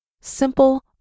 simple